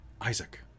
Isaac